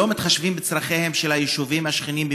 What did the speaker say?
לא מתחשבות בצורכיהם של היישובים השכנים,